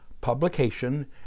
publication